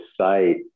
site